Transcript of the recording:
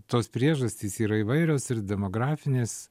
tos priežastys yra įvairios ir demografinės